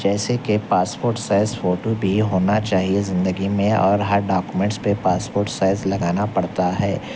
جیسے کہ passport size photo بھی ہونا چاہیے زندگی میں اور ہر ڈاکومینٹس پہ پاس پورٹ سائز لگانا پڑتا ہے